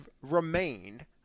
remained